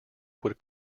would